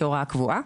כהוראה קבועה.